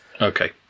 Okay